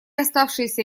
оставшиеся